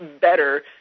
better